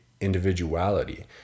individuality